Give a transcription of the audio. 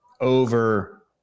Over